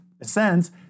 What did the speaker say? ascends